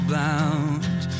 bound